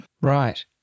Right